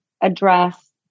address